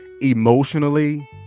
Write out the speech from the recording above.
emotionally